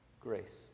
Grace